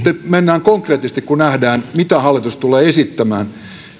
mennään sitten konkreettisesti kun nähdään mitä hallitus tulee esittämään